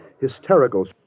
hysterical